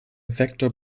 vector